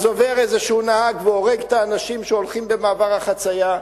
אז עובר איזשהו נהג והורג את האנשים שהולכים במעבר החצייה.